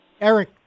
eric